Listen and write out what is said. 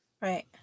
Right